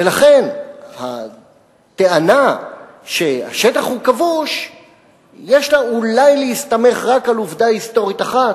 ולכן הטענה שהשטח הוא כבוש יש לה אולי להסתמך רק על עובדה היסטורית אחת,